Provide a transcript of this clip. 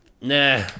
nah